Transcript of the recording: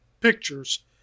pictures